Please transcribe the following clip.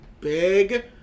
big